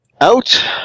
Out